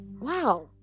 Wow